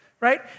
right